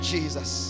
Jesus